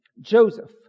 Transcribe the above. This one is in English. Joseph